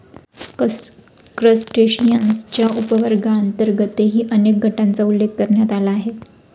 क्रस्टेशियन्सच्या उपवर्गांतर्गतही अनेक गटांचा उल्लेख करण्यात आला आहे